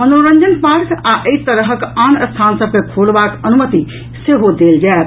मनोरंजन पार्क आ एहि तरहक आन स्थान सभ के खोलबाक अनुमति सेहो देल जायत